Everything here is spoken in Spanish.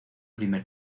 primer